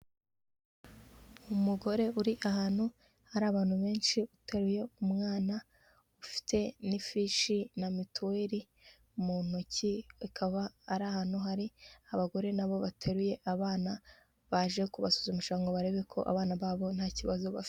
Umugore uri ahantu, hari abantu benshi uteruye umwana, ufite n'ifishi na mituweli mu ntoki, akaba ari ahantu hari abagore nabo bateruye abana, baje kubasuzumisha ngo barebe ko abana babo nta kibazo bafite.